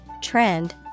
trend